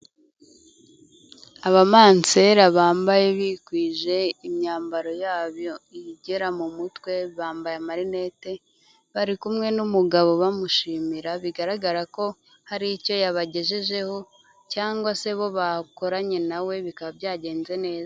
Abamansela bambaye bikwije, imyambaro yabo igera mu mutwe, bambaye marinete, bari kumwe n'umugabo bamushimira, bigaragara ko hari icyo yabagejejeho cyangwa se bo bakoranye na we bikaba byagenze neza.